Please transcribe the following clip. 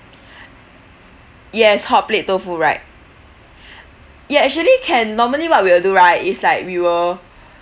yes hot plate tofu right ya actually can normally what we will do right is like we will